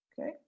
Okay